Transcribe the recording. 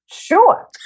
Sure